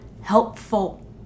helpful